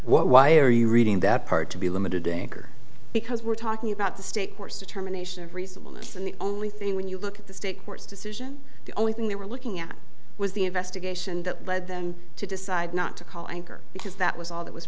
why are you reading that part to be limited acre because we're talking about the state courts determination of reasonable isn't the only thing when you look at the state court's decision the only thing they were looking at was the investigation that led them to decide not to call anchor because that was all that was